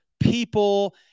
people